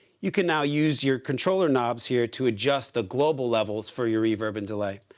you can now use your controller knobs here to adjust the global levels for your reverb and delay.